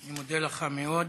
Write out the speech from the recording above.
אני מודה לך מאוד.